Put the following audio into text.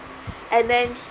and then